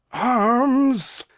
arms!